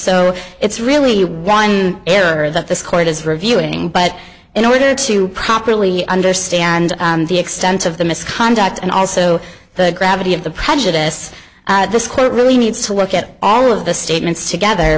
so it's really one error that this court is reviewing but in order to properly understand the extent of the misconduct and also the gravity of the prejudice this court really needs to look at all of the statements together